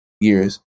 years